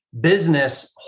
business